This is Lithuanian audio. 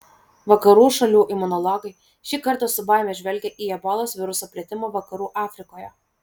vakarų šalių imunologai šį kartą su baime žvelgė į ebolos viruso plitimą vakarų afrikoje